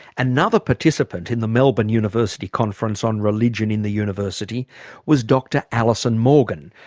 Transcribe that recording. another participant in the melbourne university conference on religion in the university was dr alison morgan.